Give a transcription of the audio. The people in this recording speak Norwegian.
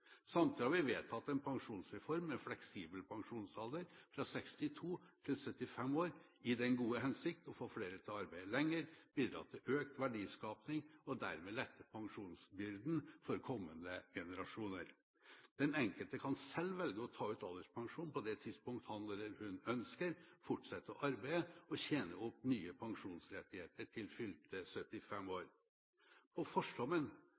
har vi vedtatt en pensjonsreform med fleksibel pensjonsalder fra 62 til 75 år, i den gode hensikt å få flere til å arbeide lenger, bidra til økt verdiskaping og dermed lette pensjonsbyrden for kommende generasjoner. Den enkelte kan selv velge å ta ut alderspensjon på det tidspunkt han eller hun ønsker, fortsette å arbeide og tjene opp nye pensjonsrettigheter til fylte 75